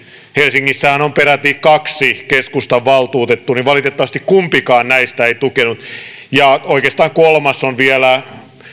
helsingissähän on peräti kaksi keskustan valtuutettua valitettavasti kumpikaan näistä ei tukenut ja oikeastaan kolmas on vielä